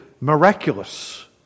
miraculous